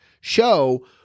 show